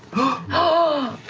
oh,